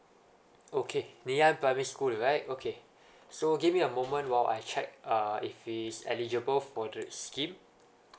okay ngee ann primary school right okay so give me a moment while I check uh if he's eligible for the scheme